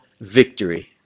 victory